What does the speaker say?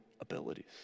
abilities